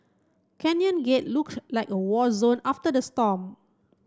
Canyon Gate looked like a war zone after the storm